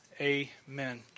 amen